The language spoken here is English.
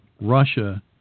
Russia